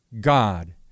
God